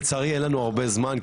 לצערי אין לנו הרבה זמן,